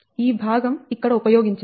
ఈ భాగం ఇక్కడ ఉపయోగించరు